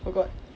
forgot